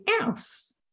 else